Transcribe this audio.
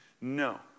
no